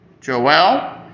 Joel